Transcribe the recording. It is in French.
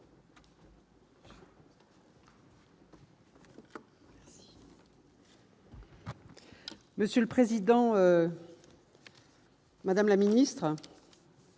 Monsieur le président. Madame la ministre.